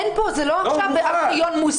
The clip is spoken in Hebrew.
אין פה, זה לא עכשיו -- לא, הוא מוכן.